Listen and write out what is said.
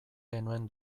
genuen